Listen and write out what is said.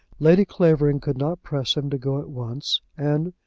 lady clavering could not press him to go at once, and,